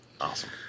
awesome